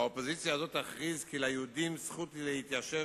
האופוזיציה הזאת תכריז כי ליהודים זכות להתיישב